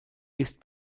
ist